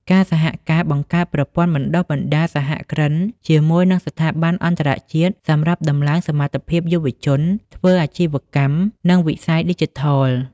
ការសហការបង្កើតប្រព័ន្ធបណ្តុះបណ្តាលសហគ្រិនជាមួយនិងស្ថាប័នអន្តរជាតិ សម្រាប់តម្លើងសមត្ថភាពយុវជន ធ្វើអាជីវកម្ម និងវិស័យឌីជីថល។